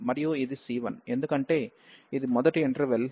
మరియు ఇది c1 ఎందుకంటే ఇది మొదటి ఇంటర్వెల్ మరియు ఇది fx f అవుతుంది